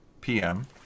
PM